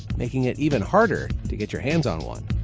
making it even harder to get your hands on one.